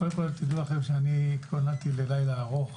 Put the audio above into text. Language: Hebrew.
קודם כל תדעו לכם שאני התכוננתי ללילה ארוך